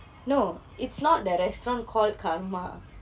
no it's not that restaurant called karma